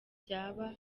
byaba